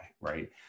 right